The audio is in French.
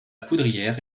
poudrière